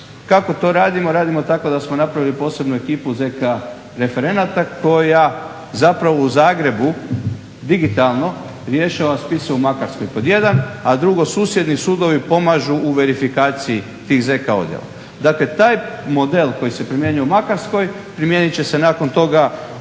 Kako to radimo, radimo tako da smo napravili posebnu ekipu ZK referenata koja zapravo u Zagrebu digitalno rješava spise u Makarskoj pod jedan, a drugo susjedni sudovi pomažu u verifikaciji tih ZK odjela. Dakle taj model koji se primjenjuje u Makarskoj primijenit će se nakon toga